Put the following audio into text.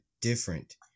different